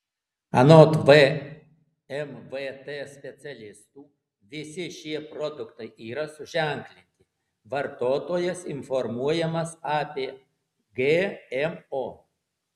anot vmvt specialistų visi šie produktai yra suženklinti vartotojas informuojamas apie gmo